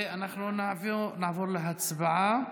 אנחנו נעבור להצבעה.